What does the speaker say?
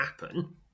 happen